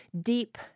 deep